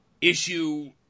issue